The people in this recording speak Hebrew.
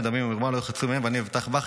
דמים ומרמה לא יֶחֱצו יְמֵיהם וַאֲני אבטח בך".